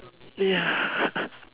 ya